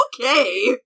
okay